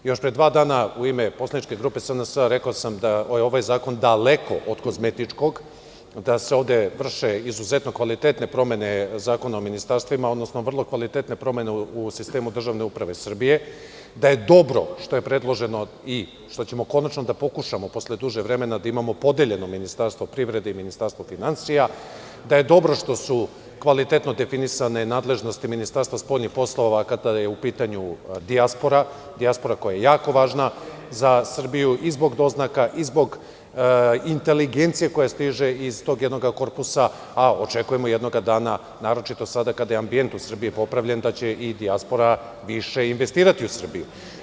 Još pre dva dana u ime poslaničke grupe SNS rekao sam da je ovaj zakon daleko od kozmetičkog, da se ovde vrše izuzetno kvalitetne promene Zakona o ministarstvima odnosno vrlo kvalitetne promene u sistemu državne uprave Srbije, da je dobro što je predloženo i što ćemo konačno da pokušamo, posle duže vremena, da imamo podeljeno ministarstvo privrede i ministarstvo finansija, da je dobro što su kvalitetno definisane nadležnosti Ministarstva spoljnih poslova kada je u pitanju dijaspora, koja je jako važna za Srbiju, i zbog doznaka i zbog inteligencije koja stiže iz tog jednog korpusa, a očekujemo jednoga dana, naročito sada kada je ambijent u Srbiji popravljen, da će i dijaspora više investirati u Srbiju.